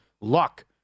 Luck